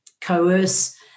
coerce